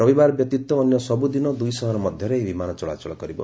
ରବିବାର ବ୍ୟତୀତ ଅନ୍ୟ ସବୁଦିନ ଦୁଇସହର ମଧ୍ୟରେ ଏହି ବିମାନ ଚଳାଚଳ କରିବ